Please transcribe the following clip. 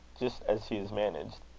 just as he is managed.